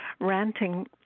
Ranting